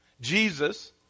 Jesus